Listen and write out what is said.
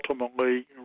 ultimately